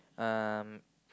um